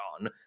on